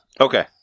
Okay